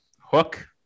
Hook